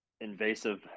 invasive